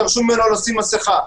דרשו ממנו לעטות מסיכה?